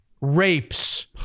rapes